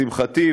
לשמחתי,